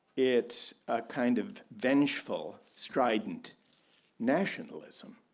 it's kind of vengeful, strident nationalism.